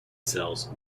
cells